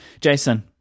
Jason